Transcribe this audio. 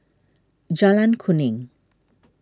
Jalan Kuning